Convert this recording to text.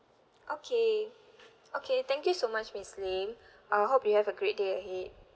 okay okay thank you so much miss lim uh hope you have a great day ahead